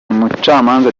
umucamanza